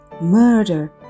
murder